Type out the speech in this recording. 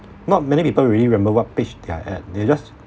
not many people really remember what page they're at they're just